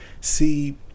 See